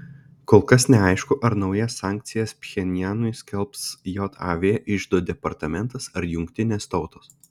kol kas neaišku ar naujas sankcijas pchenjanui skelbs jav iždo departamentas ar jungtinės tautos